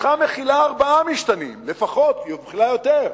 הנוסחה מכילה ארבעה משתנים לפחות, היא מכילה יותר: